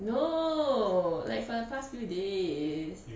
no like for the past few days